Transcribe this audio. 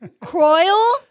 Croyle